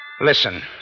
Listen